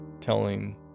telling